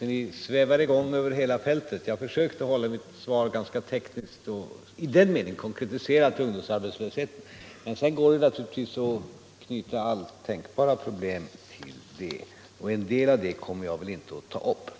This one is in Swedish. De svävar över hela fältet. Jag försökte hålla mitt svar ganska tekniskt och i den meningen konkretiserat till ungdomsarbetslösheten. Men sedan går det naturligtvis att knyta alla tänkbara problem till den frågan, och vissa av dem kommer jag väl inte att ta upp.